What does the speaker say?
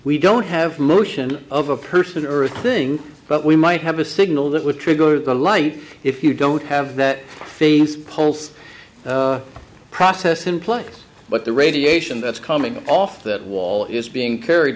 we don't have motion of a person earth thing but we might have a signal that would trigger the light if you don't have that phase poles process in place but the radiation that's coming off that wall is being carried